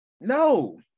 No